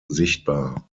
sichtbar